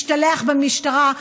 משתלח במשטרה,